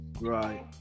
Right